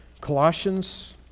Colossians